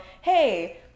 hey